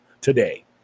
today